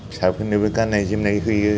फिसाफोरनोबो गान्नाय जोमनाय होयो